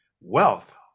Wealth